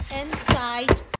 Inside